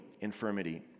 infirmity